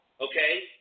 okay